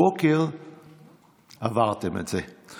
הבוקר עברתם את זה.